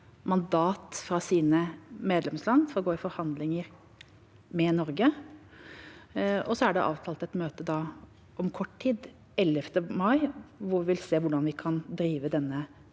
mandat fra sine land for å gå i forhandlinger med Norge, og så er det avtalt et møte om kort tid – 11. mai – hvor vi skal se på hvordan vi kan drive denne